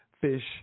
fish